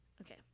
Okay